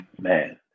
Man